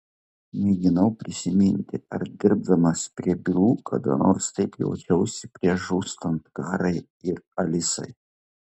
mėginau prisiminti ar dirbdamas prie bylų kada nors taip jaučiausi prieš žūstant karai ir alisai